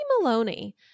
Maloney